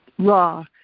raw,